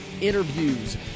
interviews